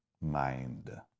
mind